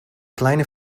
kleine